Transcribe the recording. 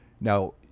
Now